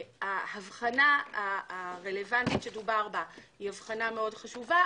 ההבחנה הרלוונטית שדובר בה היא מאוד חשובה,